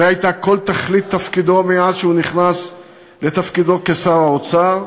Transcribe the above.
זאת הייתה כל תכלית תפקידו מאז שהוא נכנס לתפקידו כשר האוצר.